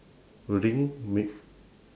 ring m~